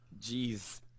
Jeez